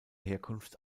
herkunft